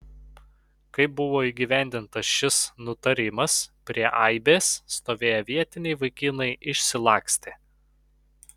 kai buvo įgyvendintas šis nutarimas prie aibės stovėję vietiniai vaikinai išsilakstė